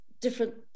different